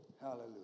Hallelujah